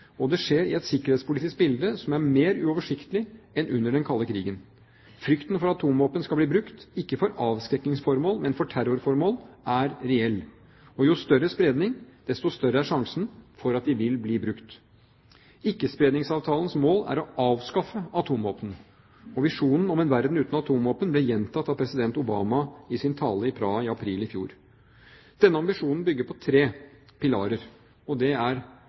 tydelig. Det skjer i et sikkerhetspolitisk bilde som er mer uoversiktlig enn under den kalde krigen. Frykten for at atomvåpen skal bli brukt – ikke for avskrekkingsformål, men for terrorformål – er reell. Og jo større spredning, desto større er sjansen for at de vil bli brukt. Ikkespredningsavtalens mål er å avskaffe atomvåpen. Visjonen om en verden uten atomvåpen ble gjentatt av president Obama i hans tale i Praha i april i fjor. Denne ambisjonen bygger på tre pilarer, og det er